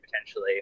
potentially